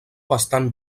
bastant